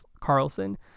Carlson